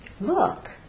look